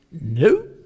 No